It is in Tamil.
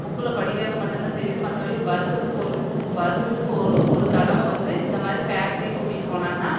புக்கில் படிக்கிறது மட்டும் தான் தெரியுது மற்றபடி வருஷத்துக்கு ஒரு விஸ் வருஷத்துக்கு ஒரு ஒரு தடவை வந்து இந்த மாதிரி ஃபேக்ட்ரிக்கு கூட்டிகிட்டு போனாங்கன்னால்